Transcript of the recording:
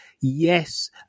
Yes